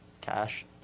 Cash